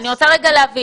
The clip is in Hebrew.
אני רוצה להבין,